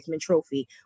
Trophy